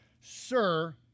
sir